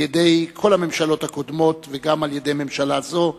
על-ידי כל הממשלות הקודמות וגם על-ידי ממשלה זו,